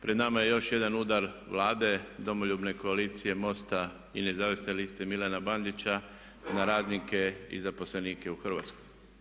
Pred nama je još jedan udar Vlade Domoljubne koalicije MOST-a i nezavisne liste Milana Bandića na radnike i zaposlenike u Hrvatskoj.